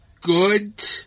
good